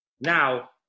Now